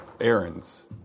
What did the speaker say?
errands